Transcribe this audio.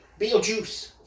Beetlejuice